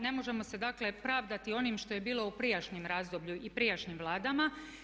Ne možemo se dakle pravdati onim što je bilo u prijašnjem razdoblju i prijašnjim vladama.